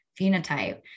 phenotype